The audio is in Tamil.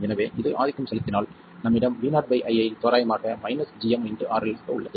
எனவே இது ஆதிக்கம் செலுத்தினால் நம்மிடம் voii தோராயமாக gmRL ஆக உள்ளது